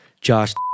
Josh